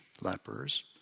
lepers